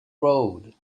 road